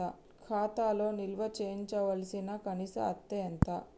ఖాతా లో నిల్వుంచవలసిన కనీస అత్తే ఎంత?